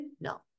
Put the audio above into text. No